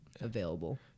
available